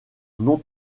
non